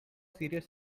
serious